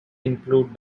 included